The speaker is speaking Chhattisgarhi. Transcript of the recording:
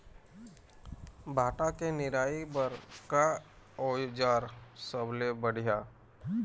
भांटा के निराई बर का औजार सबले बढ़िया ये?